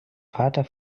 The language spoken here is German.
vater